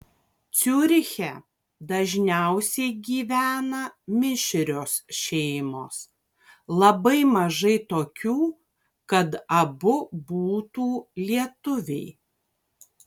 ciuriche dažniausiai gyvena mišrios šeimos labai mažai tokių kad abu būtų lietuviai